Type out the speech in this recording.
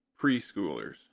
Preschoolers